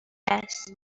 است